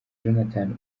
jonathan